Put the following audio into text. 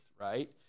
right